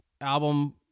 album